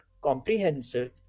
comprehensive